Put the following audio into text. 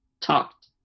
talked